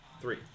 Three